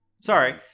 Sorry